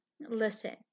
Listen